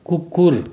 कुकुर